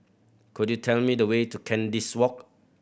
could you tell me the way to Kandis Walk